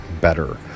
better